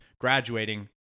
graduating